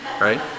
right